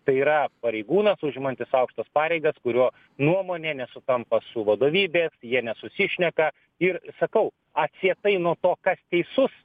tai yra pareigūnas užimantis aukštas pareigas kurio nuomonė nesutampa su vadovybės jie nesusišneka ir sakau atsietai nuo to kas teisus